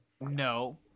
No